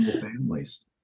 families